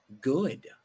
good